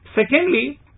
Secondly